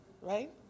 right